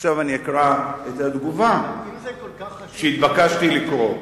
עכשיו אני אקרא את התגובה שהתבקשתי לקרוא.